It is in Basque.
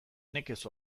nekez